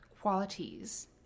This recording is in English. qualities